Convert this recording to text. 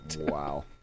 Wow